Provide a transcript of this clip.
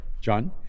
John